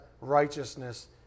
righteousness